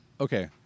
okay